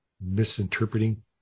Misinterpreting